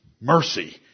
mercy